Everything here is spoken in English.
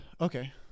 Okay